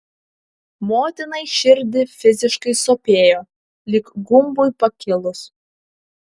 motinai širdį fiziškai sopėjo lyg gumbui pakilus